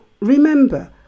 remember